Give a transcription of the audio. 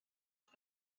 fod